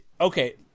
okay